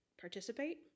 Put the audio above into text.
participate